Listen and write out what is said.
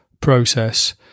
process